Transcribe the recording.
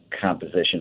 composition